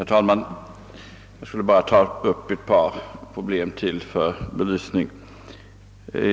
Herr talman! Jag skall bara ta upp ytterligare ett par problem till belysning.